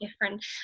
different